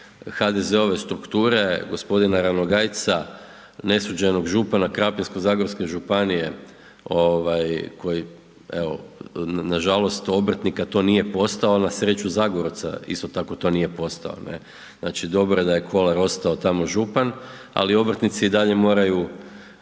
HDZ-ove strukture g. Ranogajca, nesuđenog župana Krapinsko-zagorske županije koji evo nažalost obrtnika to nije postao ali na sreću Zagorca isto tako to nije postao. Znači dobro je da je Kolar ostao tamo župan ali obrtnici i dalje moraju